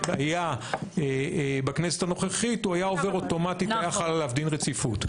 היה בכנסת הנוכחית הוא היה עובר אוטומטית והיה חל עליו דיון רציפות.